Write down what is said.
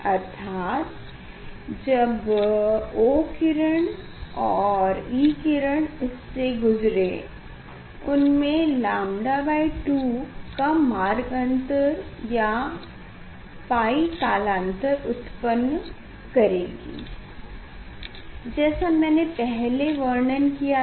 अर्थात जब O किरण और E किरण इससे गुजरे उनमें ƛ2 का मार्ग अन्तर या 𝞹 कलान्तर उत्पन्न करेगी जैसा मैने पहले वर्णन किया था